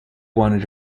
wanted